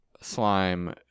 slime